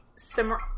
Simmer